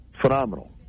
phenomenal